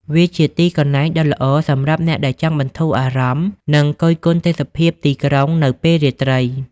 វាជាទីកន្លែងដ៏ល្អសម្រាប់អ្នកដែលចង់បន្ធូរអារម្មណ៍ និងគយគន់ទេសភាពទីក្រុងនៅពេលរាត្រី។